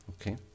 Okay